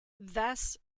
thus